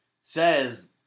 says